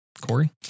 Corey